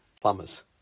plumbers